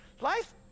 life